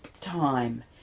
time